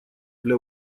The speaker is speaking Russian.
для